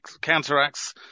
counteracts